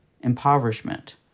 impoverishment